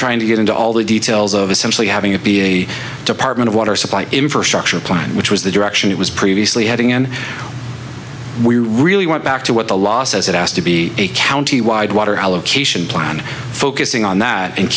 trying to get into all the details of essentially having it be a department of water supply infrastructure plan which was the direction it was previously having and we really went back to what the law says it has to be a county wide water allocation plan focusing on that and